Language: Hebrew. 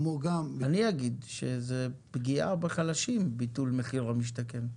כמו גם --- אני אגיד שזאת פגיעה בחלשים ביטול מחיר למשתכן.